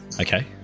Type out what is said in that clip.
okay